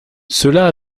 cela